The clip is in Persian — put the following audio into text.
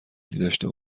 داشته